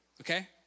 okay